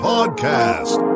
Podcast